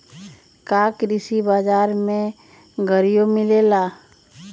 का कृषि बजार में गड़ियो मिलेला?